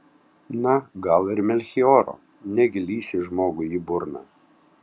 na gal ir melchioro negi lįsi žmogui į burną